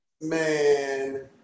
man